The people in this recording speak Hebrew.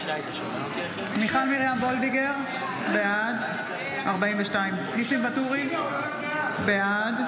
בעד מיכל מרים וולדיגר, בעד ניסים ואטורי, בעד